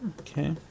Okay